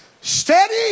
steady